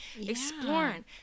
exploring